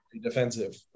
defensive